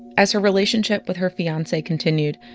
as her relationship with her fiance continued,